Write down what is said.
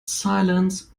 silences